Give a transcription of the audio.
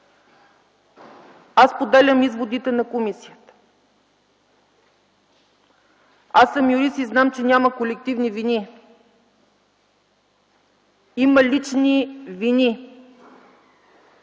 Аз споделям изводите на комисията. Аз съм юрист и знам, че няма колективни вини. Има лични вини.